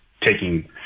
taking